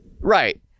Right